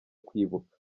kwibuka